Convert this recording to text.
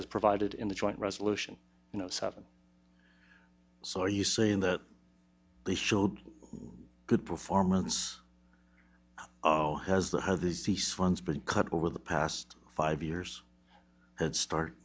has provided in the joint resolution you know seven so are you saying that they showed good performance has the cease ones been cut over the past five years headstart